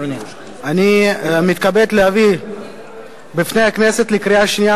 אני מתכבד להביא בפני הכנסת לקריאה שנייה